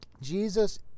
Jesus